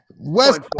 West